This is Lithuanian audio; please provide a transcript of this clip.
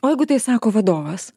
o jeigu tai sako vadovas